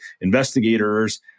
investigators